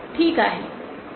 ठीक आहे